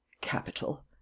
Capital